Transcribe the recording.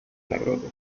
nagrody